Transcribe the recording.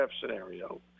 scenario